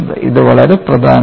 ഇത് വളരെ പ്രധാനമാണ്